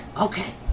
Okay